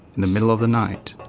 in the middle of the night.